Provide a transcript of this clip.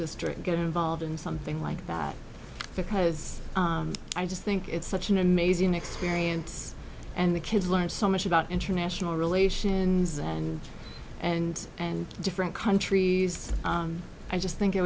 district get involved in something like that because i just think it's such an amazing experience and the kids learn so much about international relations and and and different countries i just think it